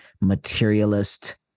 materialist